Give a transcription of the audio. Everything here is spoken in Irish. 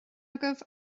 agaibh